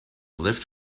lift